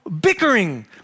bickering